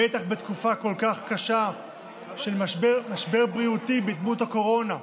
בטח בתקופה כל כך קשה של משבר בריאותי בדמות הקורונה,